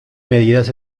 medidas